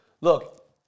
Look